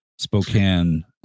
Spokane